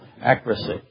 accuracy